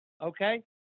Okay